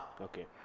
Okay